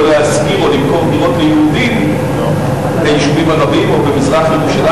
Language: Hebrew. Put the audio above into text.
לא להשכיר או למכור דירות ליהודים ביישובים ערביים או במזרח-ירושלים,